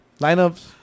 lineups